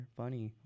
funny